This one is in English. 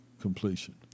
completion